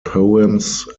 poems